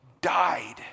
died